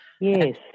Yes